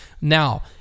Now